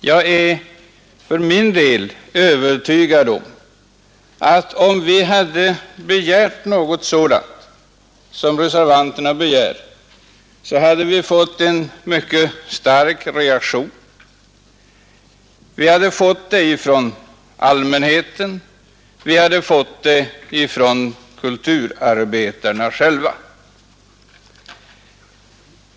Jag är för min del övertygad om att vi, om vi hade begärt något sådant som reservanten begär, hade mött en mycket stark reaktion både från allmänheten och från kulturarbetarna själva.